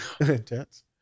intense